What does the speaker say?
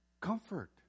Comfort